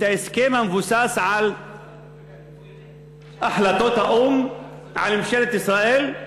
ההסכם המבוסס על החלטות האו"ם על ממשלת ישראל,